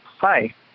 Hi